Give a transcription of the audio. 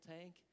tank